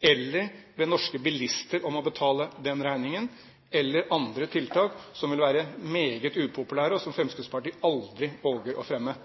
be norske bilister om å betale den, eller gjøre andre tiltak som da vil være meget upopulære, og som Fremskrittspartiet aldri våger å fremme.